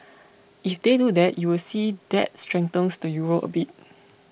if they do that you would see that strengthen the euro a bit